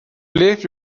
lived